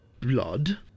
Blood